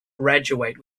graduate